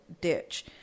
ditch